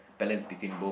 balance between both